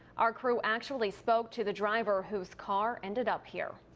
our crew actually spoke to the driver who's car ended up here.